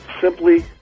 Simply